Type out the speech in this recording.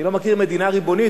אני לא מכיר מדינה ריבונית,